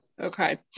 okay